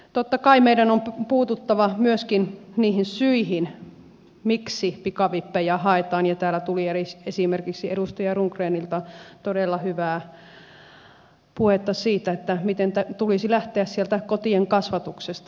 totta kai meidän on puututtava myöskin niihin syihin miksi pikavippejä haetaan ja täällä tuli esimerkiksi edustaja rundgrenilta todella hyvää puhetta siitä miten tulisi lähteä sieltä kotien kasvatuksesta